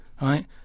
Right